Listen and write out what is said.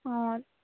অঁ